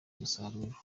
umusaruro